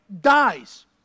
dies